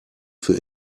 für